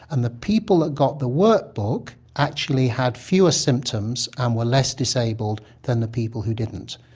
and the people who got the work book actually had fewer symptoms and were less disabled than the people who didn't.